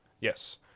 Yes